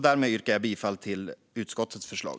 Jag yrkar bifall till utskottets förslag.